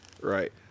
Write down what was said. Right